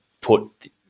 put